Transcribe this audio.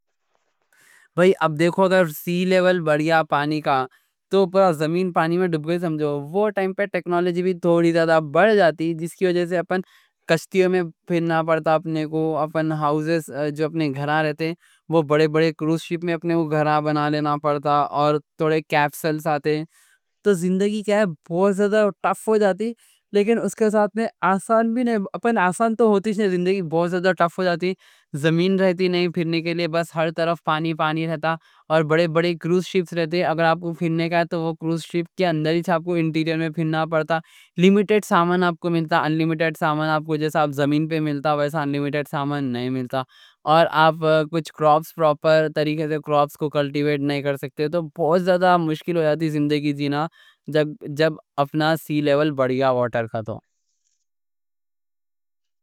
اب دیکھو، سی لیول بڑیا پانی کا تو پورا زمین پانی میں ڈب گئی، سمجھو۔ وہ ٹائم پر ٹیکنالوجی بھی تھوڑی زیادہ بڑھ جاتی، جس کی وجہ سے اپن کشتیوں میں پھرنا پڑتا اپنے کو۔ اپن ہاؤزز جو اپنے گھر رہتے، وہ بڑے بڑے کروس شپ میں اپنے گھر بنا لینا پڑتا۔ اور تھوڑے کیپسولز آتے تو زندگی کیا ہے، بہت زیادہ ٹاف ہو جاتی، لیکن اس کے ساتھ میں آسان بھی نہیں۔ اپن آسان تو ہوتیش نہیں، زندگی بہت جدر ٹاف ہو جاتی۔ زمین رہتی نہیں پھرنے کے لئے، بس ہر طرف پانی پانی رہتا اور بڑے بڑے کروس شپ رہتے۔ اگر آپ کو پھرنے کا ہے تو وہ کروس شپ کے اندر ہیچ آپ کو انٹیریل میں پھرنا پڑتا۔ لیمیٹیڈ سامان آپ کو ملتا، انلیمیٹیڈ سامان جیسا آپ زمین پہ ملتا، بس انلیمیٹیڈ سامان نہیں ملتا۔ اور آپ کروپس پروپر طریقے سے کروپس کو کلٹیویٹ نہیں کر سکتے، تو بہت زیادہ مشکل ہو جاتی زندگی جینا۔